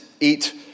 eat